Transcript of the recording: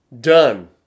Done